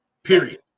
Period